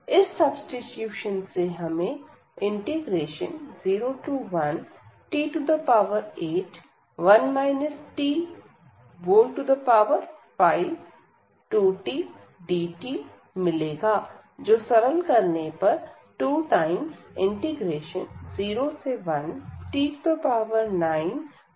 इस सब्सीट्यूशन से हमें 01t81 t52tdt मिलेगा जो सरल करने पर 201t91 t5dt है